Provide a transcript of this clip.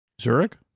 Zurich